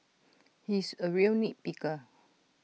he is A real nit picker